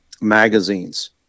magazines